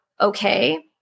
okay